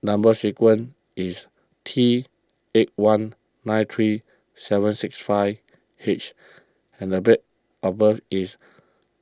Number Sequence is T eight one nine three seven six five H and the bay of birth is